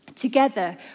Together